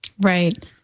Right